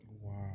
Wow